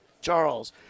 charles